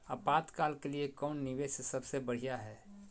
आपातकाल के लिए कौन निवेस सबसे बढ़िया है?